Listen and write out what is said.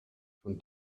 von